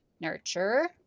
nurture